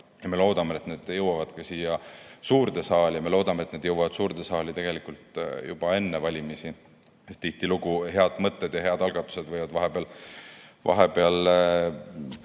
me loodame, et need jõuavad ka siia suurde saali. Me loodame, et need jõuavad suurde saali tegelikult juba enne valimisi, sest tihtilugu võivad head mõtted ja head algatused vahepeal